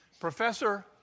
professor